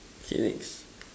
okay next